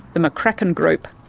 the mccracken group.